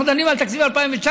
אנחנו דנים על תקציב 2019,